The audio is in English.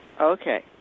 okay